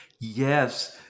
Yes